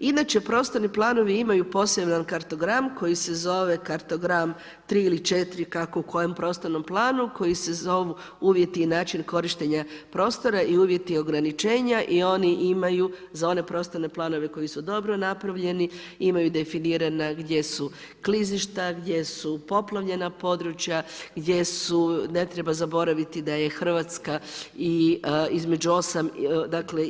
Inače prostorni planovi imaju poseban kartogram koji se zove kartogram 3 ili 4 kako u kojem prostornom planom, koji se zovu, uvijek i način korištenja prostora i uvjeti ograničenja i oni imaju za one prostorne planove koji su dobro napravljeni, imaju definirana gdje su klizišta, gdje su poplavljena područja, gdje su, ne treba zaboraviti da je Hrvatska između 8, dakle,